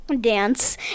dance